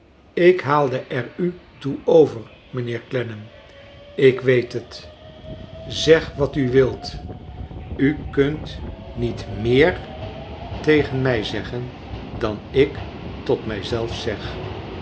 ik haalde er u toe over mijnheer clennam ik weet het zeg wat n wilt u kunt niet meer tegen mij zeggen dan ik tot mij zelf zeg